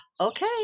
okay